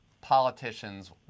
politicians